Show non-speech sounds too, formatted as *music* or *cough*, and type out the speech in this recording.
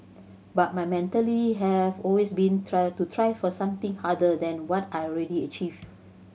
but my mentality has always been *unintelligible* to try for something harder than what I had already achieved